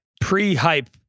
pre-hype